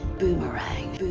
boomerang.